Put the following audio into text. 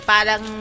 Parang